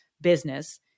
business